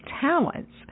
talents